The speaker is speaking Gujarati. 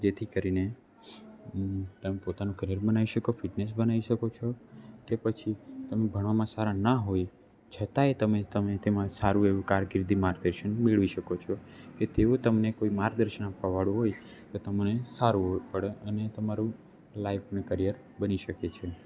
જેથી કરીને તમે પોતાનું કરિયર બનાવી શકો ફિટનેસ બનાવી શકો છો કે પછી તમે ભણવામાં સારા ના હોય છતાંય તમે તમે તેમાં સારું એવું કારકિર્દી માર્ગદર્શન મેળવી શકો છો કે તેઓ તમને કોઈ માર્ગદર્શન આપવા વાળુ હોય તો તમને સારું પડે અને તમારું લાઈફ અને કરિયર બની શકે છે